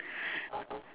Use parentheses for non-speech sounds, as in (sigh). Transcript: (breath)